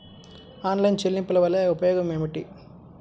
Online చెల్లింపుల వల్ల ఉపయోగమేమిటీ?